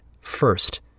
first